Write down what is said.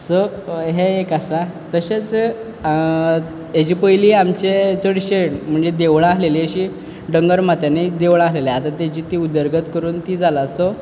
so हें एक आसा तशेंच हेज्या पयलीं आमचे चडशे म्हणजे देवळां आसलेलीं अशीं दोंगर माथ्यांनी देवळां आशिल्ली आतां तेजी ती उदरगत करून तीं जालां सो